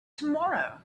tomorrow